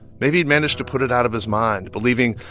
maybe he'd managed to put it out of his mind, believing,